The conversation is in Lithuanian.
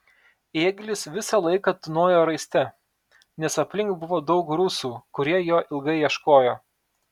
ėglis visą laiką tūnojo raiste nes aplink buvo daug rusų kurie jo ilgai ieškojo